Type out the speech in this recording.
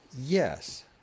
yes